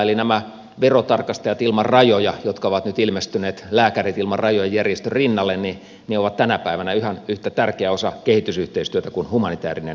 eli nämä verotarkastajat ilman rajoja jotka ovat nyt ilmestyneet lääkärit ilman rajoja järjestön rinnalle ovat tänä päivänä ihan yhtä tärkeä osa kehitysyhteistyötä kuin humanitäärinen apukin